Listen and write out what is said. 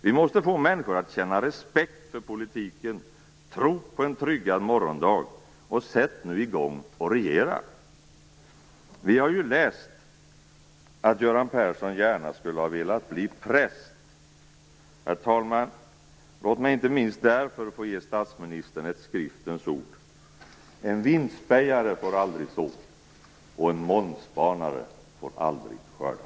Vi måste få människor att känna respekt för politiken och tro på en tryggad morgondag. Sätt nu i gång att regera! Vi har ju läst att Göran Persson gärna skulle ha velat bli präst. Låt mig inte minst därför, herr talman, få ge statsministern ett skriftens ord: "En vindspejare får aldrig så och en molnspanare får aldrig skörda."